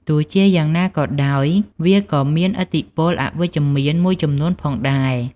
ទោះជាយ៉ាងណាក៏ដោយ វាក៏មានឥទ្ធិពលអវិជ្ជមានមួយចំនួនផងដែរ។